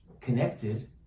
connected